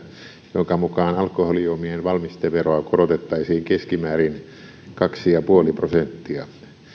jonka mukaan alkoholijuomien valmisteveroa korotettaisiin keskimäärin kaksi pilkku viisi prosenttia ja